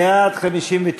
בעד 59,